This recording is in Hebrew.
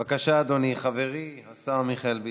בבקשה, אדוני, חברי השר מיכאל ביטון.